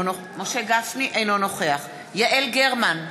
אינו נוכח יעל גרמן,